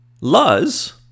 Luz